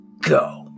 go